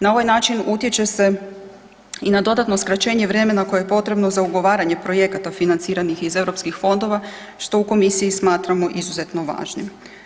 Na ovaj način utječe se i na dodatno skraćenje vremena koje je potrebno za ugovaranje projekata financiranih iz europskih fondova, što u komisiji smatramo izuzetno važnim.